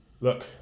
look